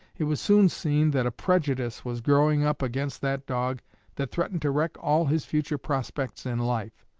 it was soon seen that a prejudice was growing up against that dog that threatened to wreck all his future prospects in life.